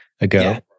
ago